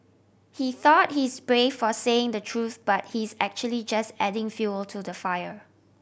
he thought he is brave for saying the truth but he is actually just adding fuel to the fire